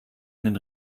den